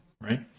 right